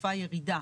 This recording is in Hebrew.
צופה ירידה,